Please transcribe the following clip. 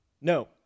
No